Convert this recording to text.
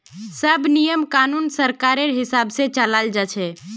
सब नियम कानून सरकारेर हिसाब से चलाल जा छे